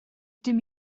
dim